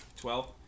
Twelve